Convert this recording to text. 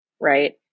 Right